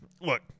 look